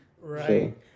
Right